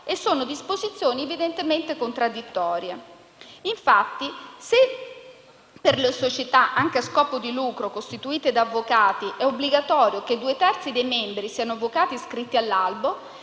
e sono disposizioni evidentemente contraddittorie. Se infatti per le società, anche a scopo di lucro, costituite da avvocati è obbligatorio che due terzi dei membri siano avvocati iscritti all'Albo,